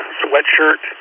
sweatshirt